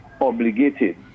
obligated